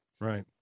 right